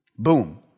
Boom